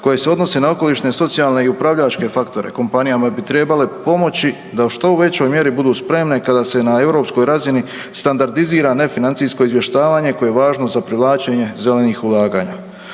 koje se odnose na okolišne, socijalne i upravljačke faktore, kompanijama bi trebale pomoći da u što većoj mjeri budu spremne kada se na europskoj razini standardizira nefinancijsko izvještavanje koje je važno za privlačenje zelenih ulaganja.